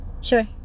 Sure